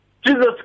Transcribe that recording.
Jesus